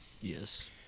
Yes